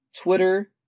Twitter